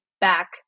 back